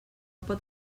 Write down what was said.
pot